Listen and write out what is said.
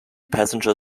passenger